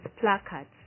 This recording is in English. placards